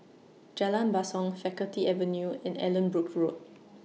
Jalan Basong Faculty Avenue and Allanbrooke Road